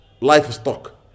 livestock